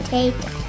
Take